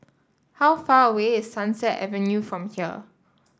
how far away is Sunset Avenue from here